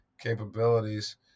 capabilities